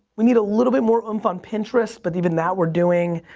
we need a little bit more umph on pinterest but even that we're doing,